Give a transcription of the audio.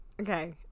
okay